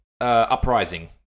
Uprising